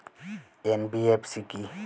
NBFC কী?